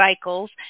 cycles